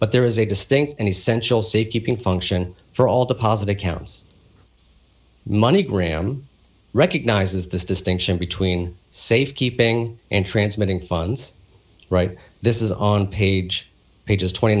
but there is a distinct and essential safekeeping function for all deposit accounts money gram recognizes this distinction between safekeeping and transmitting funds right this is on page pages twenty